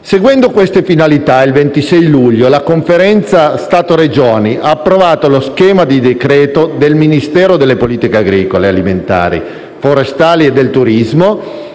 Seguendo queste finalità, il 26 luglio la Conferenza Stato-Regioni ha approvato lo schema di decreto del Ministero delle politiche agricole, alimentari, forestali e del turismo